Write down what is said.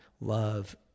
Love